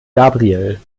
gabriel